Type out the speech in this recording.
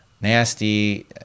nasty